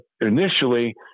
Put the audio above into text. initially